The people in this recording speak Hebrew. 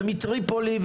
מטריפולי,